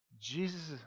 Jesus